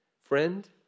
friend